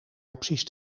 opties